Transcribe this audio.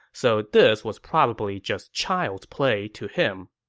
so this was probably just child's play to him.